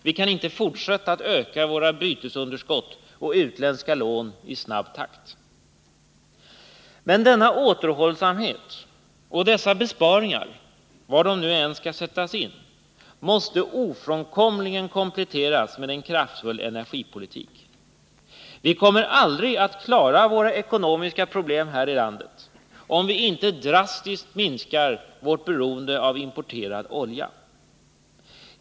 Vi kan inte fortsätta att öka våra bytesunderskott och utländska lån i snabb takt. Men denna återhållsamhet och dessa besparingar — var de nu än skall sättas in — måste ofrånkomligen kompletteras med en kraftfull energipolitik. Vi kommer aldrig att klara våra ekonomiska problem här i landet, om vi inte drastiskt minskar vårt beroende av importerad olja.